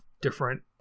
different